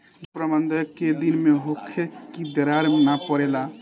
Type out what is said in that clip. जल प्रबंधन केय दिन में होखे कि दरार न परेला?